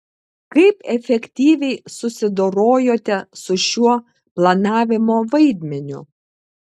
kaip efektyviai susidorojote su šiuo planavimo vaidmeniu